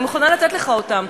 אני מוכנה לתת לך אותן,